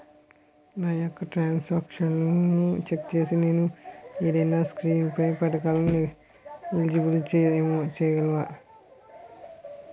నా యెక్క ట్రాన్స్ ఆక్షన్లను చెక్ చేసి నేను ఏదైనా సోషల్ స్కీం పథకాలు కు ఎలిజిబుల్ ఏమో చెప్పగలరా?